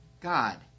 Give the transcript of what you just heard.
God